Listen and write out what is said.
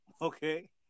Okay